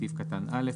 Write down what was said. בסעיף קטן (א),